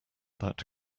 that